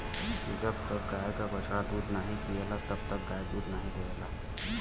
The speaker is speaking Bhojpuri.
जब तक गाय क बछड़ा दूध नाहीं पियला तब तक गाय दूध नाहीं देवला